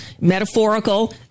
metaphorical